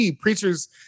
preachers